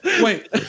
wait